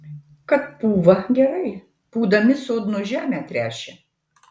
kad pūva gerai pūdami sodno žemę tręšia